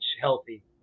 healthy